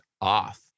off